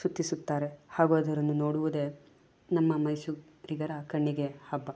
ಸುತ್ತಿಸುತ್ತಾರೆ ಹಾಗೂ ಅದನ್ನು ನೋಡುವುದೇ ನಮ್ಮ ಮೈಸೂರಿಗರ ಕಣ್ಣಿಗೆ ಹಬ್ಬ